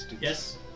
Yes